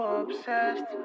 obsessed